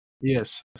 Yes